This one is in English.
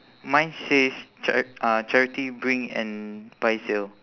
mine says ch~ uh charity bring and buy sale